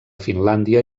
finlàndia